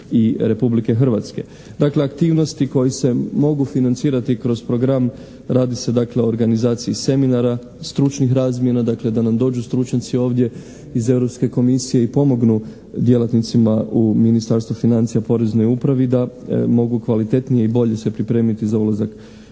Dakle aktivnosti koje se mogu financirati kroz program. Radi se dakle o organizaciji seminara stručnih razmjena, dakle da nam dođu stručnjaci ovdje iz Europske komisije i pomognu djelatnicima u Ministarstvu financija, Poreznoj upravi da mogu kvalitetnije i bolje se pripreme za ulazak